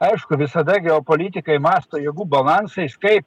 aišku visada geopolitikai mąsto jėgų balansais kaip